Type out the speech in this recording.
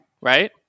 Right